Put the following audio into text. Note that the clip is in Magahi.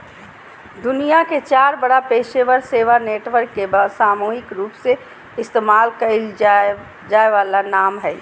दुनिया के चार बड़ा पेशेवर सेवा नेटवर्क के सामूहिक रूपसे इस्तेमाल कइल जा वाला नाम हइ